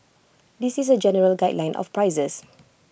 this is A general guideline of prices